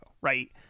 right